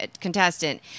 contestant